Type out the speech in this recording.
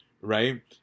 right